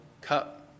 cup